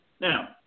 Now